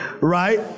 Right